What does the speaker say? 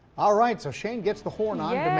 all right so shayne gets the horn i